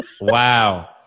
Wow